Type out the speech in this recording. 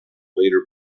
later